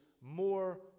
more